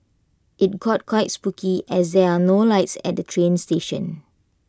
IT got quite spooky as there are no lights at the train station